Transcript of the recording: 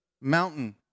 mountain